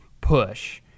push